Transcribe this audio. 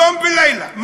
יום ולילה,